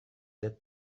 that